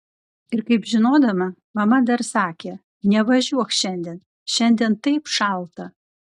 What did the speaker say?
ir kaip žinodama mama dar sakė nevažiuok šiandien šiandien taip šalta